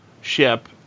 ship